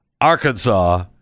arkansas